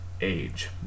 age